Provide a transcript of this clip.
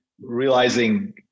realizing